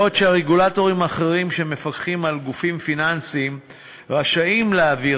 בעוד שרגולטורים אחרים שמפקחים על גופים פיננסיים רשאים להעביר